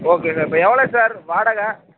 okay sir இப்போ எவ்வளோ sir வாடகை